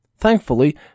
Thankfully